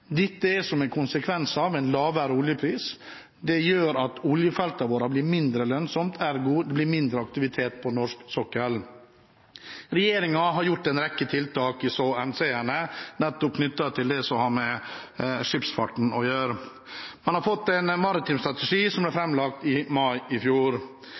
Dette er en konsekvens av en lavere oljepris. Det gjør at oljefeltene våre blir mindre lønnsomme. Ergo blir det mindre aktivitet på norsk sokkel. Regjeringen har gjort en rekke tiltak i så henseende nettopp knyttet til det som har med skipsfarten å gjøre. Man har fått en maritim strategi, som ble framlagt i mai i fjor.